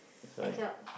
I cannot